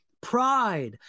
pride